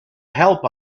help